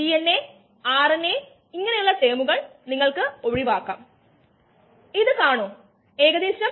B എന്നത് Aയെക്കാൾ നമ്മൾ മുൻഗണന കൊടുക്കുന്ന ഒരു ഉൽപ്പന്നമാണ് എന്ന് പറയാം